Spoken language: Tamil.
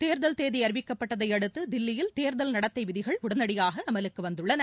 தேர்தல் தேதி அறிவிக்கப்பட்டதை அடுத்து தில்லியில் தேர்தல் நடத்தை விதிகள் உட்டியாக அமலுக்கு வந்துள்ளன